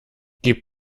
gib